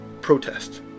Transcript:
protest